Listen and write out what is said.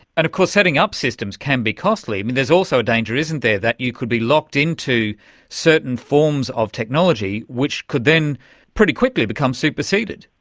and of course setting up systems can be costly. there is also a danger, isn't there, that you could be locked into certain forms of technology which could then pretty quickly become superseded.